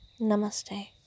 Namaste